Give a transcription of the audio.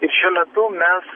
ir šiuo metu mes